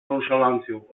nonszalancją